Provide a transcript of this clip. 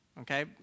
okay